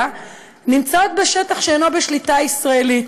נמצאות בשטח שאינו בשליטה ישראלית,